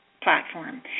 Platform